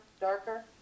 darker